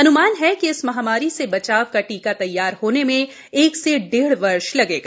अन्मान है कि इस महामारी से बचाव का टीका तैयार होने में एक से डेढ़ वर्ष लगेगा